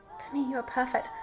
to me, you're perfect.